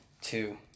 two